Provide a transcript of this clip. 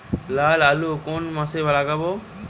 লাল আলু কোন মাসে লাগাব?